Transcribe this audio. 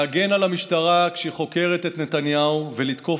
להגן על המשטרה כשהיא חוקרת את נתניהו ולתקוף